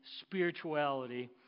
spirituality